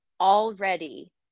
already